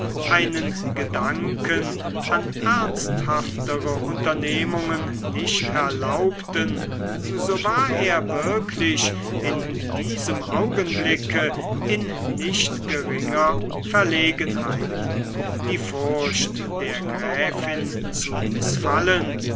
einen gedanken an ernsthaftere unternehmungen nicht erlaubten so war er wirklich in diesem augenblick in nicht geringer verlegenheit die furcht der gräfin zu mißfallen